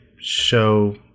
show